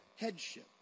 headship